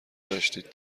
داشتید